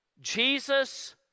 Jesus